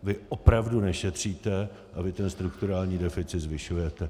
Vy opravdu nešetříte a vy ten strukturální deficit zvyšujete.